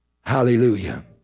hallelujah